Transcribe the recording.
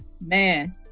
Man